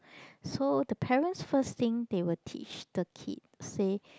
so the parents first thing they will teach the kid say